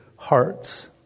hearts